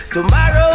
Tomorrow